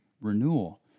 renewal